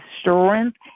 strength